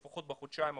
לפחות בחודשיים הקרובים,